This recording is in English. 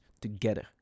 together